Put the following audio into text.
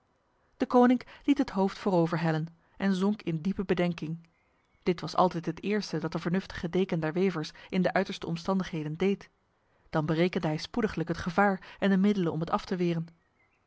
deconinck liet het hoofd voorover hellen en zonk in diepe bedenking dit was altijd het eerste dat de vernuftige deken der wevers in de uiterste omstandigheden deed dan berekende hij spoediglijk het gevaar en de middelen om het af te weren